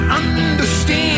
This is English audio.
understand